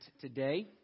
today